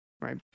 right